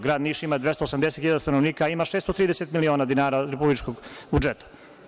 Grad Niš ima 280.000 stanovnika, a ima 630 miliona dinara od republičkog budžeta.